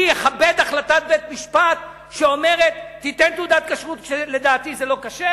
אני אכבד החלטת בית-משפט שאומרת "תן תעודת כשרות" כשלדעתי זה לא כשר?